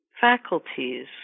faculties